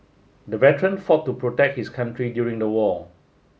the veteran fought to protect his country during the war